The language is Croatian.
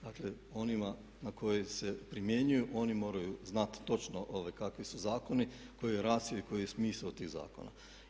Dakle onima na koje se primjenjuju, oni moraju znati točno kakvi su zakoni, koji je racio i koji je smisao tih zakona.